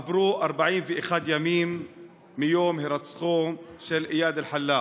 עברו 41 ימים מיום הירצחו של איאד אלחלאק.